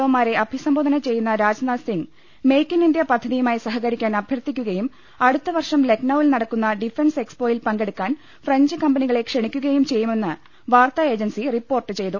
ഒമാരെ അഭിസംബോധന ചെയ്യുന്ന Rajnath Singh make in India പദ്ധതിയുമായി സഹകരിക്കാൻ അഭ്യർത്ഥിക്കുകയും അടുത്ത വർഷം ലക്നൌവിൽ നടക്കുന്ന ഡിഫൻസ് എക്സ്പോയിൽ പങ്കെടുക്കാൻ ഫ്രഞ്ച് കമ്പനികളെ ക്ഷണിക്കുകയും ചെയ്യുമെന്ന് വാർത്താ ഏജൻസി റിപ്പോർട്ട് ചെയ്തു